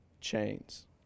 chains